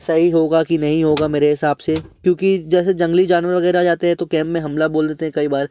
सही होगा कि नहीं होगा मेरे हिसाब से क्योंकि जैसे जंगली जानवर वगैरह आ जाते हैं तो कैंप में हमला बोल देते हैं कई बार